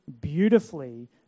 beautifully